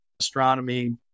astronomy